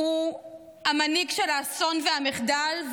הוא המנהיג של האסון והמחדל,